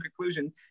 conclusion